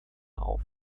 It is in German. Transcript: auf